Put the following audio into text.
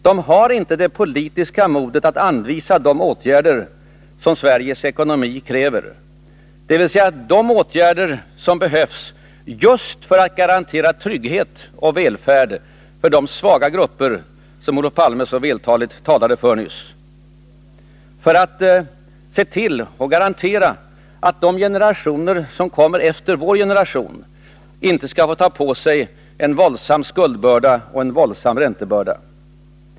De har inte det politiska modet att anvisa de åtgärder som Sveriges ekonomi kräver, dvs. de åtgärder som behövs just för att garantera trygghet och välfärd för de svaga grupper som Olof Palme så vältaligt pläderade för nyss. Jag avser åtgärder som behövs som garanti för att inte de generationer som kommer efter vår skall få ta på sig en våldsam skuldbörda och en våldsam räntebörda.